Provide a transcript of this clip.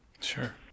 Sure